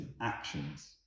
actions